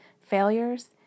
failures